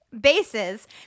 bases